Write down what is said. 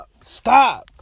Stop